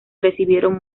recibieron